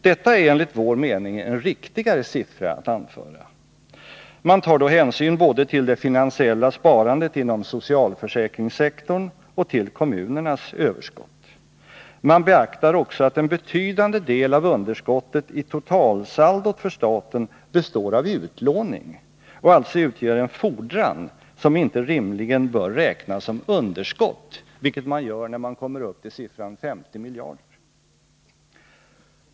Detta är enligt vår mening en riktigare siffra att anföra. Man tar då hänsyn både till det finansiella sparandet inom socialförsäkringssektorn och till kommunernas överskott. Man beaktar också att en betydande del av underskottet i totalsaldot för staten består av utlåning och alltså utgör en fordran, som man rimligen inte bör räkna som underskott — vilket man gör när man kommer upp till siffran 50 miljarder.